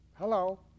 Hello